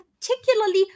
particularly